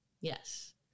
Yes